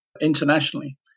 internationally